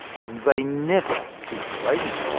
and they never keep you waiting.